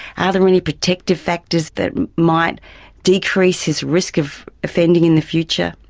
are there any protective factors that might decrease his risk of offending in the future?